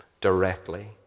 directly